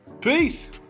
Peace